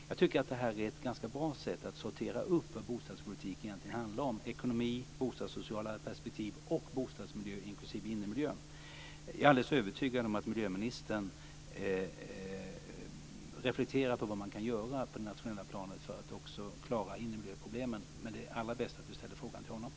Jag tycker att detta är ett ganska bra sätt att sortera upp bostadspolitiken. Det handlar om ekonomi, bostadssociala perspektiv och bostadsmiljö inklusive innemiljö. Jag är alldeles övertygad om att miljöministern reflekterar över vad man kan göra på det nationella planet för att klara också innemiljöproblemen. Det allra bästa är att Ulla-Britt Hagström ställer frågan till honom.